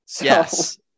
yes